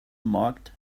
marked